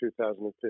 2015